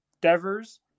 Devers